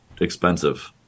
expensive